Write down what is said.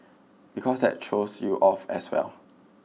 because that throws you off as well